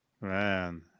Man